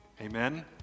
Amen